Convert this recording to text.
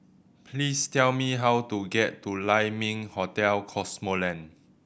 please tell me how to get to Lai Ming Hotel Cosmoland